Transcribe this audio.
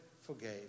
forgave